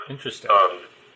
Interesting